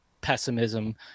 pessimism